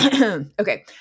okay